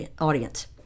audience